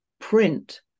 print